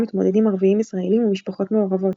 מתמודדים ערביים ישראלים ומשפחות מעורבות.